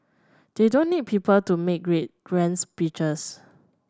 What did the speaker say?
they don't need people to make grade grands speeches